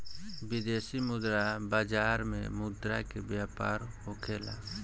विदेशी मुद्रा बाजार में मुद्रा के व्यापार होखेला